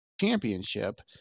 Championship